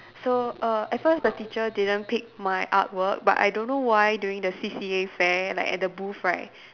so err at first the teacher didn't pick my artwork but I don't know why during the C_C_A fair like at the booth right